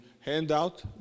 handout